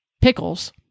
Pickles